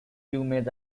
plumage